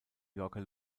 yorker